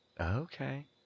Okay